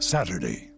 Saturday